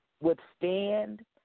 withstand